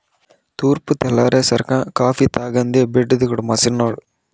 తూర్పు తెల్లారేసరికం కాఫీ తాగందే బెడ్డు దిగడు మా సిన్నోడు